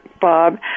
Bob